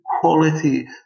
quality